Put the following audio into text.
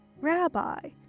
Rabbi